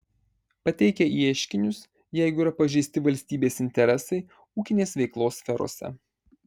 pateikia ieškinius jeigu yra pažeisti valstybės interesai ūkinės veiklos sferose